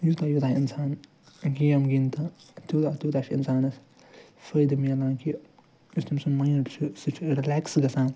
یوٗتاہ یوٗتاہ اِنسان گیم گِنٛدِ تہٕ تیٛوٗتاہ تیٛوٗتاہ چھُ اِنسانس فٲیدٕ میلان کہِ یُس تٔمۍ سُنٛد مایِنٛڈ چھُ سُہ چھُ رِلیکٕس گَژھان